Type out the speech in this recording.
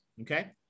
okay